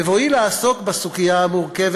בבואי לעסוק בסוגיה המורכבת,